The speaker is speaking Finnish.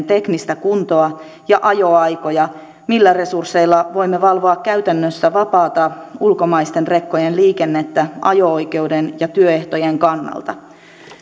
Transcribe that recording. teknistä kuntoa ja ajoaikoja millä resursseilla voimme valvoa käytännössä vapaata ulkomaisten rekkojen liikennettä ajo oikeuden ja työehtojen kannalta